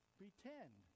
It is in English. pretend